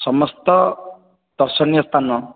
ସମସ୍ତ ଦର୍ଶନୀୟ ସ୍ଥାନ